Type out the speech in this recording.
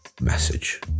message